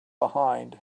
behind